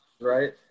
right